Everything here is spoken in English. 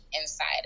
inside